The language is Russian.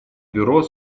бюро